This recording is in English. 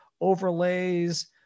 overlays